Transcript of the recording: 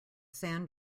sand